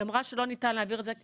אמרה שלא ניתן להעביר את זה בחקיקה.